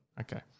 Okay